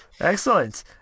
Excellent